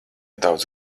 daudz